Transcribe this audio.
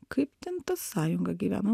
kaip ten ta sąjunga gyvena